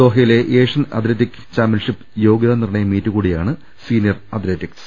Doha യിലെ Asian athletic championship യോഗ്യതാ നിർണയ മീറ്റ് കൂടിയാണ് സീനിയർ അത്ലറ്റിക്സ്